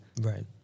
Right